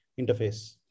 interface